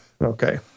okay